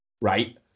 right